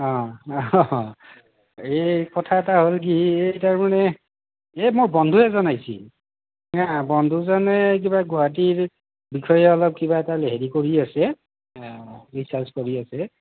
অঁ এই কথা এটা হ'ল কি এই তাৰমানে এই মোৰ বন্ধু এজন আহিছিল বন্ধুজনে কিবা গুৱাহাটীৰ বিষয়ে অলপ কিবা এটা হেৰি কৰি আছে ৰিচাৰ্জ কৰি আছে